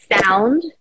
Sound